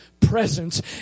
presence